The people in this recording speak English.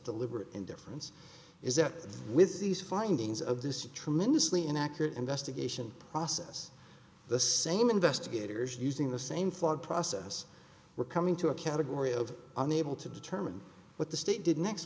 deliberate indifference is that with these findings of this tremendously inaccurate investigation process the same investigators using the same flawed process were coming to a category of unable to determine what the state